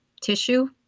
tissue